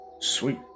Sweet